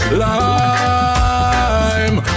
lime